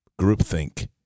groupthink